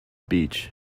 beach